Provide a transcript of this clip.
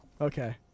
Okay